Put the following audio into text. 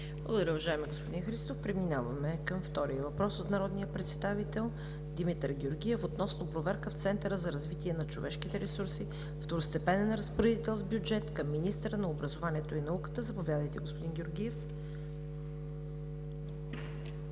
Благодаря, уважаеми господин Христов. Преминаваме към втория въпрос от народния представител Димитър Георгиев относно проверка в Центъра за развитие на човешките ресурси, второстепенен разпоредител с бюджет към министъра на образованието и науката. Заповядайте, господин Георгиев.